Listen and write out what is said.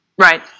Right